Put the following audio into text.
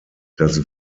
das